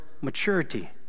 maturity